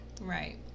Right